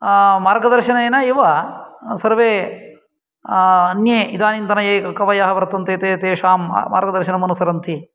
मार्गदर्शनेन एव सर्वे अन्ये इदानीन्तन ये कवयः वर्तन्ते ते तेषां मार्गदर्शनम् अनुसरन्ति